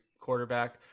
quarterback